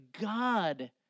God